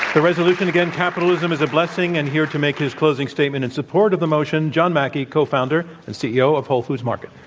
the resolution again, capitalism is a blessing. and here to make his closing statement in support of the motion, john mackey, cofounder and ceo of whole foods market.